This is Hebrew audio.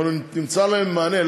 אנחנו נמצא להם מענה.